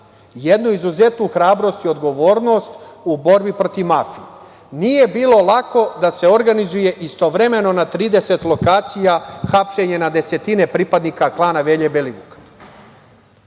jednu izuzetnu hrabrost i odgovornost u borbi protiv mafije. Nije bilo lako da se organizuje istovremeno na 30 lokacija hapšenje na desetine pripadnika klana Velje Belivuka.